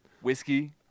Whiskey